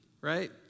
right